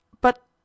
But